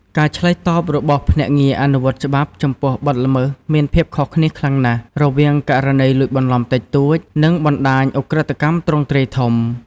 ការឆ្លើយតបរបស់ភ្នាក់ងារអនុវត្តច្បាប់ចំពោះបទល្មើសមានភាពខុសគ្នាខ្លាំងណាស់ រវាងករណីលួចបន្លំតិចតួច និងបណ្ដាញឧក្រិដ្ឋកម្មទ្រង់ទ្រាយធំ។